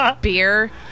Beer